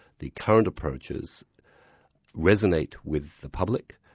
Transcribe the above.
the current approaches resonate with the public,